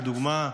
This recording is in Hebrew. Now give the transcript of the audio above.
לדוגמה,